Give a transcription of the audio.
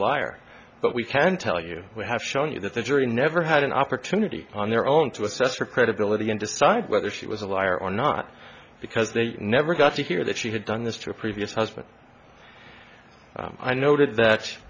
liar but we can tell you we have shown you that the jury never had an opportunity on their own to assess her credibility and decide whether she was a liar or not because they never got to hear that she had done this to a previous husband i noted